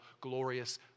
glorious